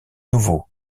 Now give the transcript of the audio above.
nouveau